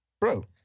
Bro